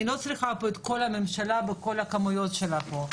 אני לא צריכה פה את כל הממשלה בכל הכמויות שלה פה.